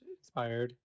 inspired